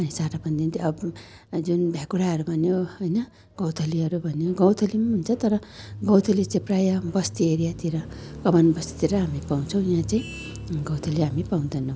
चारो पनि दिन्थेँ अब जुन भ्याकुराहरू भन्यो होइन गौँथलीहरू भन्यो गौँथली पनि हुन्छ तर गौँथली चाहिँ प्रायः बस्ती एरियातिर कमान बस्तीतिर हामी पाउँछौँ यहाँ चाहिँ गौँथली हामी पाउदैनौँ